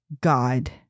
God